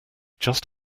just